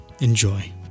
Enjoy